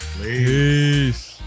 Peace